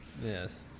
Yes